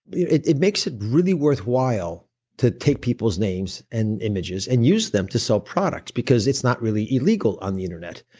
yeah it it makes it really worthwhile to take people's names and images and use them to sell products because it's not really illegal on the internet.